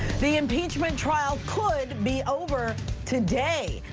the impeachment trial could be over today,